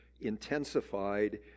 intensified